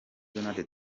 donald